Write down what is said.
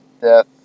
death